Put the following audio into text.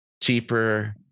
cheaper